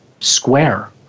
square